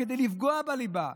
כדי לפגוע בליבה.